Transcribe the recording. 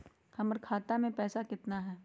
हमर खाता मे पैसा केतना है?